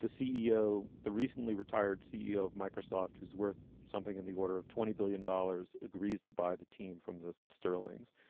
the ceo the recently retired ceo of microsoft who's worth something in the order of twenty billion dollars agrees to buy the team from the sterlings